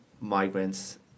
migrants